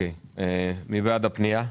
מי בעד פנייה 193-196,